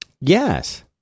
Yes